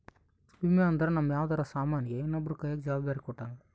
ವಿಮೆ ಅಂದ್ರ ನಮ್ ಯಾವ್ದರ ಸಾಮನ್ ಗೆ ಇನ್ನೊಬ್ರ ಕೈಯಲ್ಲಿ ಜವಾಬ್ದಾರಿ ಕೊಟ್ಟಂಗ